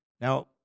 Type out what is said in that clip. Now